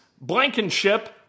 Blankenship